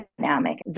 dynamic